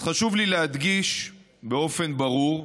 אז חשוב לי להדגיש באופן ברור,